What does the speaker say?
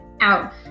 out